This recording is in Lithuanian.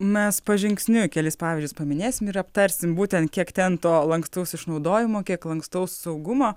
mes pažingsniui kelis pavyzdžius paminėsim ir aptarsim būtent kiek ten to lankstaus išnaudojimo kiek lankstaus saugumo